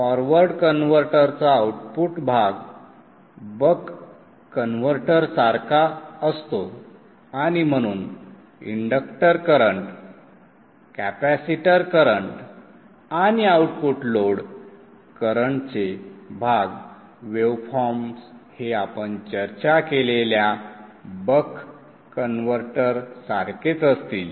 forward कन्व्हर्टरचा output भाग buck कन्व्हर्टरसारखा असतो आणि म्हणून इंडक्टर करंट कॅपेसिटर करंट आणि आउटपुट लोड करंटचे भाग वेवफॉर्म्स हे आपण चर्चा केलेल्या बक कन्व्हर्टर सारखेच असतील